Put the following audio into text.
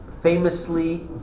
famously